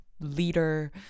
leader